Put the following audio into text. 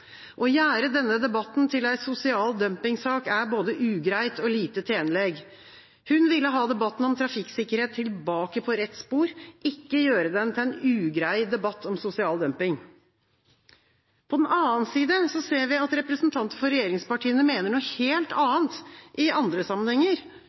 denne debatten til ei sosial dumpingsak er både ugreitt og lite tenleg.» Hun ville ha debatten om trafikksikkerhet «tilbake på rett spor», ikke gjøre den til en «ugrei» debatt om sosial dumping. På den annen side ser vi at representanter for regjeringspartiene mener noe helt